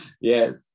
Yes